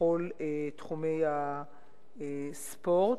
בכל תחומי הספורט.